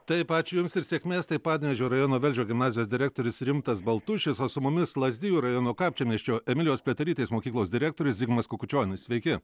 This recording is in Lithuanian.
taip ačiū jums ir sėkmės tai panevėžio rajono velžio gimnazijos direktorius rimtas baltušis o su mumis lazdijų rajono kapčiamiesčio emilijos pliaterytės mokyklos direktorius zigmas kukučionis sveiki